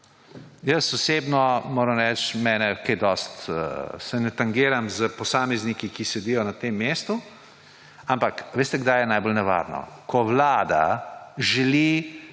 Osebno moram reči, mene kaj dosti ne tangirajo posamezniki, ki sedijo na tem mestu. Ampak, veste, kdaj je najbolj nevarno? Ko vlada želi,